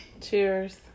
Cheers